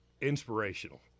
inspirational